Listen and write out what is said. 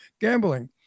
gambling